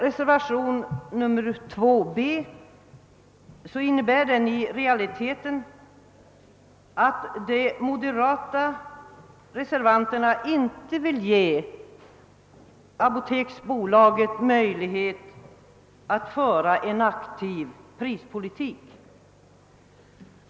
Reservationen 2 b innebär i realiteten att de moderata reservanterna inte vill ge apoteksbolaget möjlighet att föra en aktiv prispolitik.